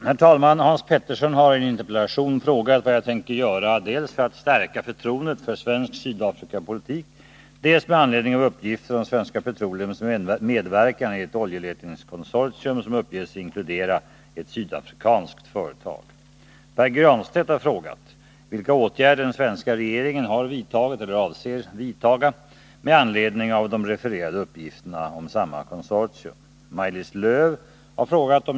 Herr talman! Hans Petersson i Hallstahammar har i en interpellation frågat vad jag tänker göra dels för att stärka förtroendet för svensk Sydafrikapolitik, dels med anledning av uppgiften om Svenska Petroleums medverkan i ett oljeletningskonsortium som uppges inkludera ett sydafri kanskt företag. Pär Granstedt har frågat vilka åtgärder den svenska regeringen har vidtagit eller avser vidta med anledning av de refererade uppgifterna om samma konsortium.